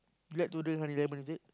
you like to drink honey lemon is it